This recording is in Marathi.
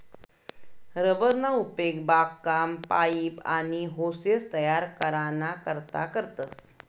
रबर ना उपेग बागकाम, पाइप, आनी होसेस तयार कराना करता करतस